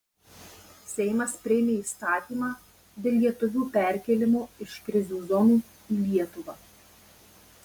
seimas priėmė įstatymą dėl lietuvių perkėlimo iš krizių zonų į lietuvą